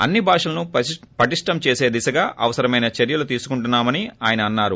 అన్సి భాషలను పటిష్టం చేసే దిశగా అవసరమైన చర్యలు తీసుకుంటున్నామని అన్నారు